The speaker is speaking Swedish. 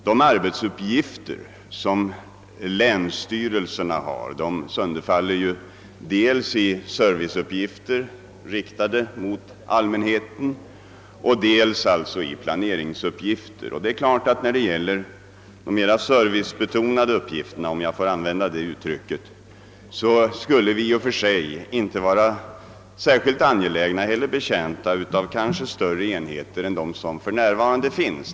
De arbetsuppgifter som länsstyrelserna har sönderfaller dels i serviceuppgifter i förhållande till allmänheten, dels i planeringsuppgifter. Det är klart att när det gäller de mera servicebetonade uppgifterna — om jag får använda det uttrycket — så skulle vi i och för sig inte vara särskilt betjänta av större enheter än de som för närvarande finns.